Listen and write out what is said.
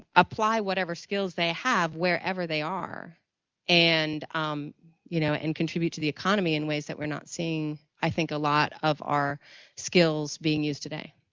applied whatever skills they have wherever they are and you know and contribute to the economy in ways that we're not seeing, i think a lot of our skills being used today.